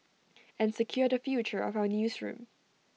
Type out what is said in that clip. and secure the future of our newsroom